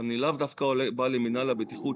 לאו דווקא בא לי מינהל הבטיחות,